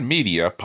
Media